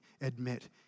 admit